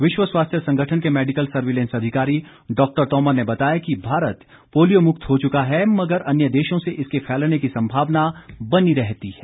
विश्व स्वास्थ्य संगठन के मैडिकल सर्विलेंस अधिकारी डॉक्टर तोमर ने बताया कि भारत पोलियो मुक्त हो चुका है मगर अन्य देशों से इसके फैलने की संभावना बनी रहती है